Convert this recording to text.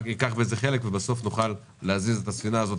ייקחו בזה חלק ובסוף נוכל להזיז את הספינה הזאת